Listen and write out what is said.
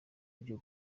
byo